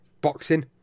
Boxing